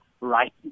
right